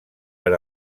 per